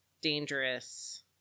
dangerous